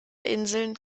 inseln